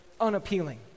unappealing